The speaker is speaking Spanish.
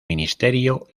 ministerio